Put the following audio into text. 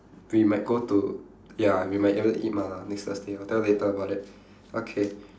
we might go to ya we might be able to eat mala next thursday I'll tell you later about that okay